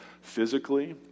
physically